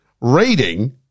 Rating